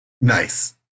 Nice